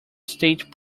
state